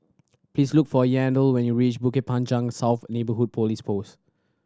please look for Yandel when you reach Bukit Panjang South Neighbourhood Police Post